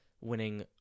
winning